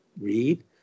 read